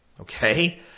Okay